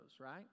right